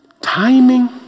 Timing